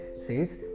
says